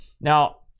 Now